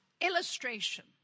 Illustration